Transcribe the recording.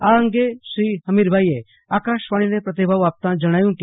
આ અંગે શ્રી હમીરભાઈએ આકાશવાણીને પ્રતિભાવ આપતા જણાવ્યું કે